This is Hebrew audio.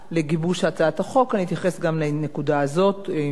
אני אתייחס גם לנקודה הזאת אם יורשה לי,